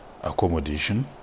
accommodation